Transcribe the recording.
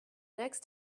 next